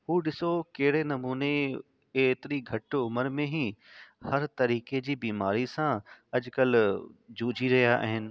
हू ॾिसो कहिड़े नमूने एतिरी घटि उमिरि में ई हर तरीक़ी जी बीमारी सां अॼु कल्ह जूझी रहिया आहिनि